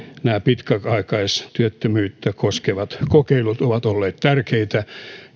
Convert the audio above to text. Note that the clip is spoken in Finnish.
nämä pitkäaikaistyöttömyyttä koskevat kokeilut ovat olleet tärkeitä